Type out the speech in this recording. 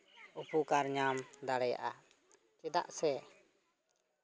ᱩᱯᱚᱠᱟᱨ ᱧᱟᱢ ᱫᱟᱲᱮᱭᱟᱜᱼᱟ ᱪᱮᱫᱟᱜ ᱥᱮ